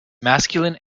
masculine